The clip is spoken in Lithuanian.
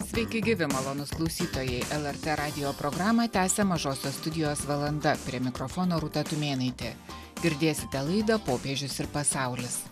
sveiki gyvi malonūs klausytojai lrt radijo programą tęsė mažosios studijos valanda prie mikrofono rūta tumėnaitė girdėsite laida popiežius ir pasaulis